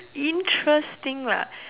interesting lah